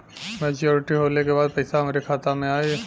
Maturity होले के बाद पैसा हमरे खाता में आई?